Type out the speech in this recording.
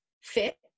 fit